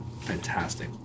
Fantastic